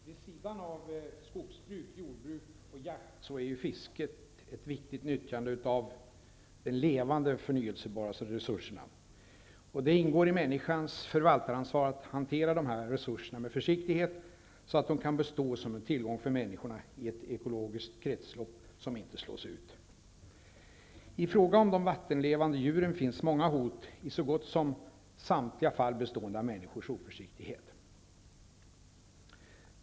Fru talman! Först yrkar jag bifall till utskottets förslag. Vid sidan av skogsbruk, jordbruk och jakt är fisket ett viktigt nyttjande av de levande, förnyelsebara resurserna. Det ingår i människans förvaltaransvar att hantera de här resurserna med försiktighet, så att de kan bestå som en tillgång för människorna i ett ekologiskt kretslopp som inte slås ut. I fråga om de vattenlevande djuren finns många hot, i så gott som samtliga fall bestående av människors oförsiktighet.